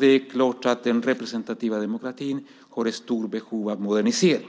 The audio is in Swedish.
Det är klart att den representativa demokratin är i stort behov av modernisering.